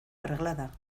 arreglada